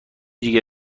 دیگه